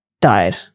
died